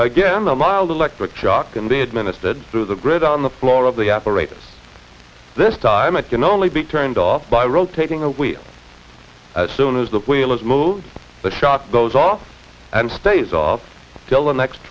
again a mild electric shock can be administered through the grid on the floor of the operator's this time it can only be turned off by rotating a wheel as soon as the wheel is moved the shot goes off and stays off till the next